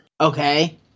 Okay